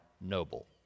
noble